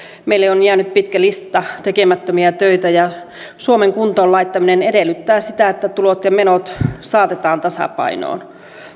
meille on jäänyt pitkä lista tekemättömiä töitä ja suomen kuntoon laittaminen edellyttää sitä että tulot ja menot saatetaan tasapainoon